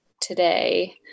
today